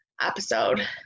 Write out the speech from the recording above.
episode